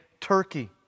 Turkey